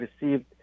received